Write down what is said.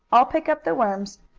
i'll pick up the worms,